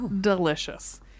delicious